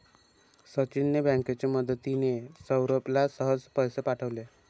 सचिनने बँकेची मदतिने, सौरभला सहज पैसे पाठवले